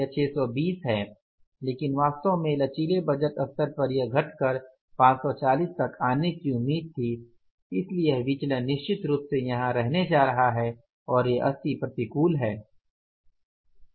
यह 620 है लेकिन वास्तव में लचीले बजट स्तर पर यह घटकर 540 तक आने की उम्मीद थी इसलिए यह विचलन निश्चित रूप से यहाँ रहने जा रहा है और यह 80 प्रतिकूल है